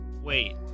wait